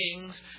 kings